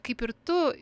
kaip ir tu